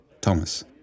Thomas